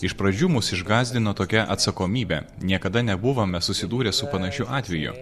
iš pradžių mus išgąsdino tokia atsakomybė niekada nebuvome susidūrę su panašiu atveju